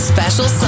Special